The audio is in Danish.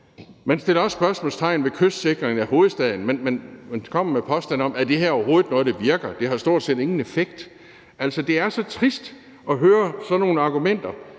Man sætter også spørgsmålstegn ved kystsikringen af hovedstaden, og man kommer med spørgsmålet: Er det her overhovedet noget, der virker? For det har stort set ingen effekt. Det er så trist at høre sådan nogle argumenter.